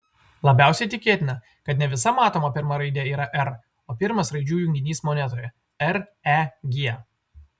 labiausiai tikėtina kad ne visa matoma pirma raidė yra r o pirmas raidžių junginys monetoje reg